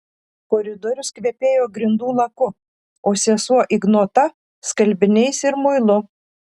koridorius kvepėjo grindų laku o sesuo ignota skalbiniais ir muilu